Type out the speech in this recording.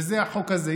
וזה החוק הזה.